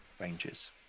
ranges